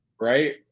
Right